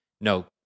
No